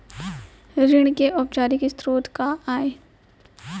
ऋण के अनौपचारिक स्रोत का आय?